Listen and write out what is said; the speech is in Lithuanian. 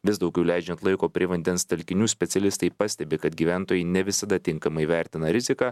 vis daugiau leidžiant laiko prie vandens telkinių specialistai pastebi kad gyventojai ne visada tinkamai vertina riziką